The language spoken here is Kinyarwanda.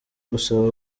gusaba